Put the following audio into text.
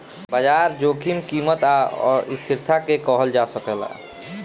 बाजार जोखिम कीमत आ अस्थिरता के कहल जा सकेला